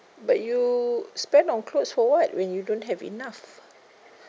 but you spend on clothes for what when you don't have enough